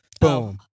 Boom